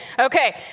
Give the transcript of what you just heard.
Okay